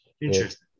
Interesting